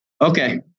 Okay